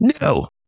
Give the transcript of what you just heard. No